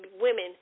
women